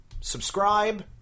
subscribe